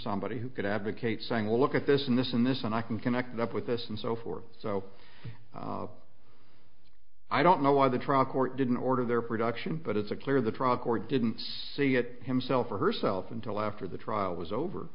somebody who could advocate saying look at this in this in this and i can connect it up with us and so forth so i don't know why the trial court didn't order their production but it's a clear the trial court didn't see it himself or herself until after the trial was over